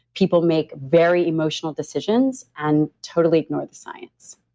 people make very emotional decisions and totally ignore the science